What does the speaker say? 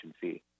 fee